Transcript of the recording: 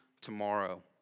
tomorrow